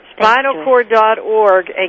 SpinalCord.org